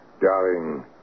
Darling